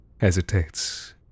hesitates